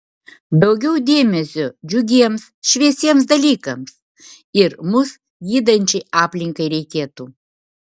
daugiau dėmesio džiugiems šviesiems dalykams ir mus gydančiai aplinkai reikėtų